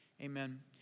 amen